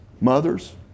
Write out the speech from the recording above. Mothers